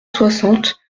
soixante